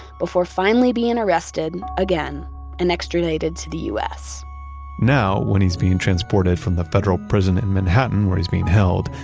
before finally being arrested again and extradited to the u s now when he's being transported from the federal prison in manhattan where he's being held,